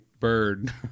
Bird